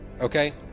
Okay